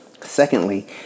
Secondly